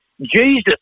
Jesus